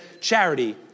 charity